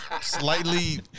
slightly